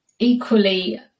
Equally